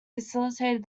facilitated